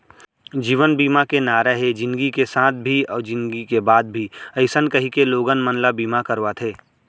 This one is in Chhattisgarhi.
जीवन बीमा के नारा हे जिनगी के साथ भी अउ जिनगी के बाद भी अइसन कहिके लोगन मन ल बीमा करवाथे